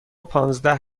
پانزده